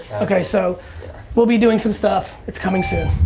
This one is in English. okay, so we'll be doing some stuff, it's coming soon.